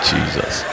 Jesus